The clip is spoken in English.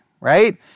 right